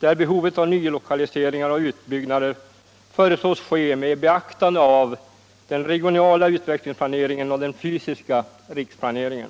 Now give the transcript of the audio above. där behovet av nylokaliseringar och utbyggnader föreslås bli tillgodosett med beaktande av den regionala utvecklingsplaneringen och den fysiska riksplaneringen.